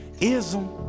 ism